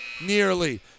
nearly